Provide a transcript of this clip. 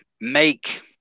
make